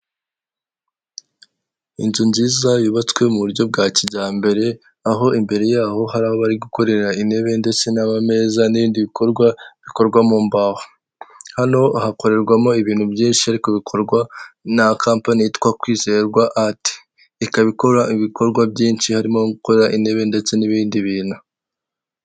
Inzu nziza yubatswe mu buryo bwa kijyambere aho imbere yaho hari aho bari gukorera intebe ndetse n'ameza n'ibindi bikorwa bikorwa mu mbaho, hano hakorerwamo ibintu byinshi ariko bikorwa na kampani yitwa kwizerwa ati, ikaba ikora ibikorwa byinshi harimo gukora intebe ndetse n'ibindi bintu.